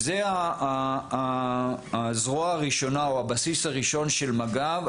זה הזרוע הראשונה או הבסיס הראשון של מג"ב,